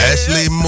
Ashley